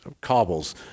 cobbles